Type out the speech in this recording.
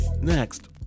next